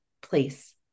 place